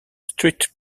street